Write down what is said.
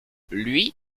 lui